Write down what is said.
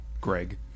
Greg